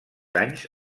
anys